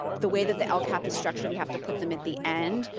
the way that the lcap is structured we have to put them at the end,